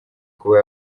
kuba